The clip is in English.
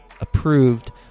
approved